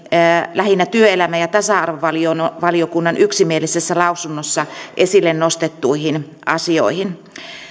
lähinnä työelämä ja tasa arvovaliokunnan yksimielisessä lausunnossa esille nostettuihin asioihin